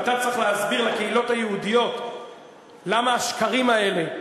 ואתה צריך להסביר לקהילות היהודיות למה השקרים האלה,